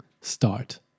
start